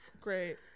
Great